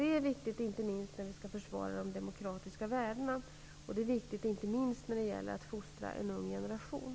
Det är viktigt inte minst när vi skall försvara de demokratiska värdena och fostra en ung generation.